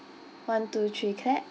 one two three clap